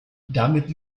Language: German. damit